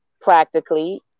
practically